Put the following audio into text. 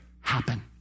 happen